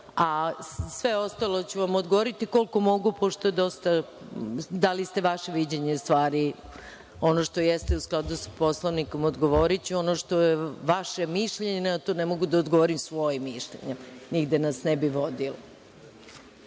a sve ostalo ću vam odgovoriti, koliko mogu, pošto ste dosta dali vaše viđenje stvari. Ono što jeste u skladu sa Poslovnikom odgovoriću, ono što je vaše mišljenje, na to ne mogu da odgovorim svojim mišljenjem, nigde nas ne bi vodilo. Reč